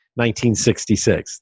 1966